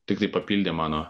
tikrai papildė mano